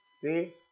See